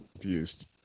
confused